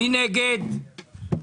מי נגד?